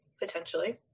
potentially